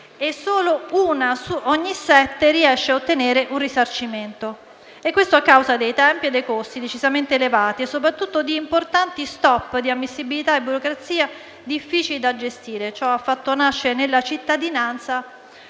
e solo una ogni sette riesce a ottenere un risarcimento. Questo a causa dei tempi e dei costi, decisamente elevati, e soprattutto di importanti *stop* di ammissibilità e burocrazia, difficili da gestire. Ciò ha fatto nascere nella cittadinanza